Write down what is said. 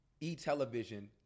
e-television